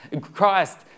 Christ